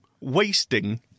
wasting